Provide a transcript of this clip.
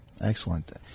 Excellent